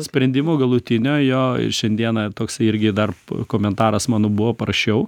sprendimo galutinio jo ir šiandieną toksai irgi dar komentaras mano buvo parašiau